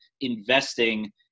investing